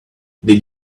did